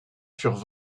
furent